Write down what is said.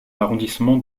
l’arrondissement